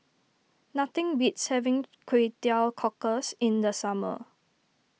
nothing beats having Kway Teow Cockles in the summer